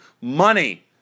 money